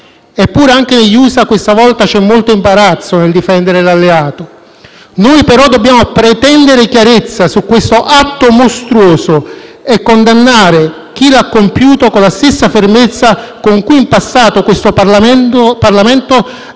Eppure, anche negli Usa questa volta c'è molto imbarazzo nel difendere l'alleato. Dobbiamo pretendere chiarezza su questo atto mostruoso e condannare chi lo ha compiuto con la stessa fermezza con cui in passato questo Parlamento ha